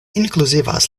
inkluzivas